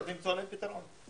צריך למצוא להם פתרון.